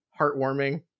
heartwarming